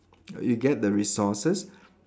you get the resources